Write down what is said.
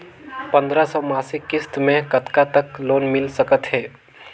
पंद्रह सौ मासिक किस्त मे कतका तक लोन मिल सकत हे?